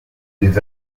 des